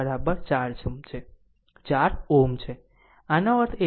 5 4 Ω છે આનો અર્થ એ કે આ RThevenin 4 Ω